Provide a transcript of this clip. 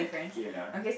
okay lah